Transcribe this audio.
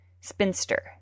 Spinster